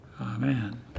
Amen